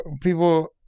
people